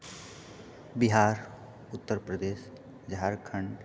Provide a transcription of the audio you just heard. Bihar Uttar Pradesh Jharkhand